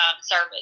service